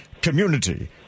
community